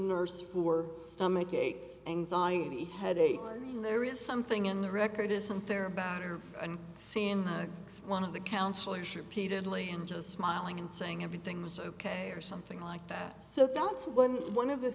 nurse for stomach aches anxiety headaches when there is something in the record isn't there a batter and seeing one of the counselors repeatedly and just smiling and saying everything was ok or something like that so that's when one of the